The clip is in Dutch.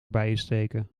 bijensteken